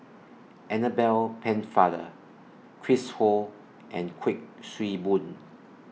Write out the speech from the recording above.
Annabel Pennefather Chris Ho and Kuik Swee Boon